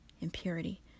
impurity